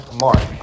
Mark